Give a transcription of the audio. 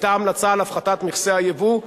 היתה המלצה על הפחתת מכסי היבוא,